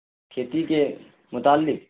کھیتی کے متعلق